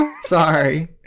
Sorry